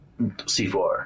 C4